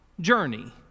journey